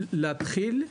להתחיל,